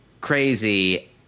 crazy